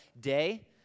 day